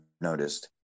noticed